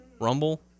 Rumble